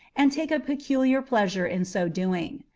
and take a peculiar pleasure in so doing.